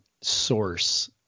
source